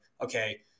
okay